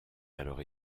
alors